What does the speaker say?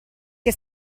che